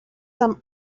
some